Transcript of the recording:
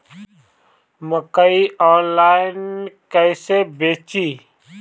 मकई आनलाइन कइसे बेची?